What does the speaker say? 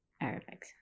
Arabic